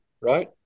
right